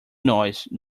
noise